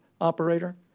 operator